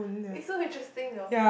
it's so interesting though